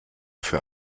für